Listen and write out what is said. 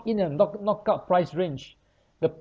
in and knock knock out price range the